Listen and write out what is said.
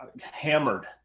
hammered